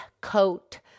coat